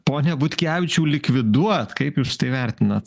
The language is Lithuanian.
pone butkevičiau likviduot kaip jūs tai vertinat